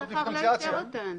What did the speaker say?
אז הממונה על השכר לא יאשר אותן.